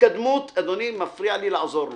אדוני מפריע לי לעזור לו.